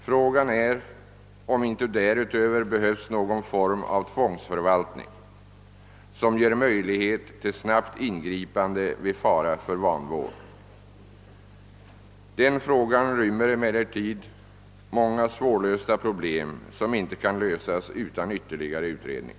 Frågan är, om inte därutöver behövs någon form av tvångsförvaltning, som ger möjlighet till snabbt ingripande vid fara för vanvård. Denna fråga rymmer emellertid många svårlösta problem som inte kan lösas utan ytterligare utredning.